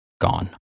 gone